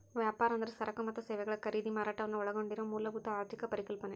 ವ್ಯಾಪಾರ ಅಂದ್ರ ಸರಕ ಮತ್ತ ಸೇವೆಗಳ ಖರೇದಿ ಮಾರಾಟವನ್ನ ಒಳಗೊಂಡಿರೊ ಮೂಲಭೂತ ಆರ್ಥಿಕ ಪರಿಕಲ್ಪನೆ